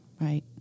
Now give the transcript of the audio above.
Right